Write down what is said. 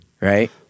right